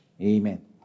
Amen